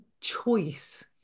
choice